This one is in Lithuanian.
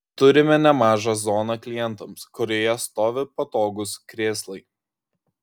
turime nemažą zoną klientams kurioje stovi patogūs krėslai